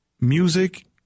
music